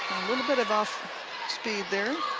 little bit of off spoed there